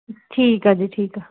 ਠੀਕ ਆ ਜੀ ਠੀਕ ਆ